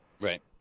Right